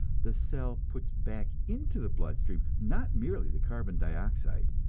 the cell puts back into the blood-stream, not merely the carbon dioxide,